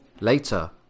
Later